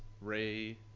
Ray